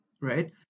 right